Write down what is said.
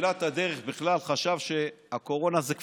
שבתחילת הדרך בכלל חשב שהקורונה זה המצאה,